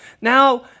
Now